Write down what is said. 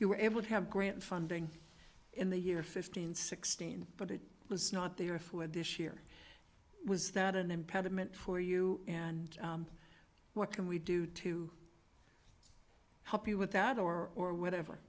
you were able to have grant funding in the year fifteen sixteen but it was not there for this year was that an impediment for you and what can we do to help you with that or whatever